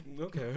Okay